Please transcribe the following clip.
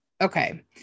Okay